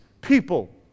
people